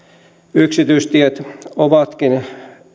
yksityistiet ovatkin